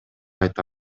айта